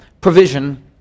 provision